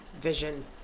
vision